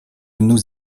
nous